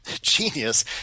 genius